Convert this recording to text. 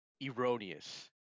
erroneous